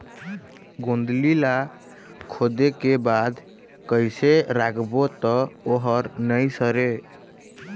गोंदली ला खोदे के बाद कइसे राखबो त ओहर नई सरे?